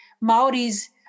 Maoris